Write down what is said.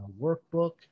workbook